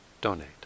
donate